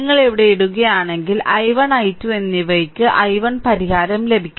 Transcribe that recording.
നിങ്ങൾ ഇവിടെ ഇടുകയാണെങ്കിൽ i1 i2 എന്നിവയ്ക്ക് i1 പരിഹാരം ലഭിക്കും